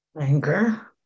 Anger